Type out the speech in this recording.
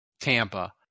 Tampa